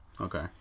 Okay